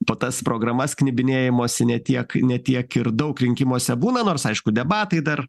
po tas programas knibinėjimosi ne tiek ne tiek ir daug rinkimuose būna nors aišku debatai dar